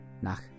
nach